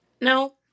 no